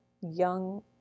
young